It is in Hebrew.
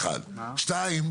דבר שני,